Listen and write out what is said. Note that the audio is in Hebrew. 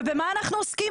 ובמה אנחנו עוסקים,